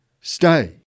stay